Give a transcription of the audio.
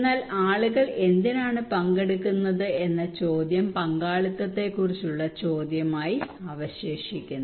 എന്നാൽ ആളുകൾ എന്തിനാണ് പങ്കെടുക്കുന്നത് എന്ന ചോദ്യം പങ്കാളിത്തത്തെക്കുറിച്ചുള്ള ചോദ്യമായി അവശേഷിക്കുന്നു